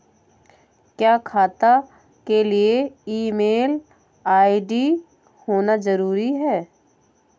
क्या खाता के लिए ईमेल आई.डी होना जरूरी है?